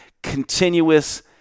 continuous